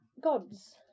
Gods